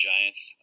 Giants